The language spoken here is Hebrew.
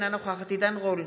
אינה נוכחת עידן רול,